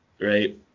Right